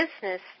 business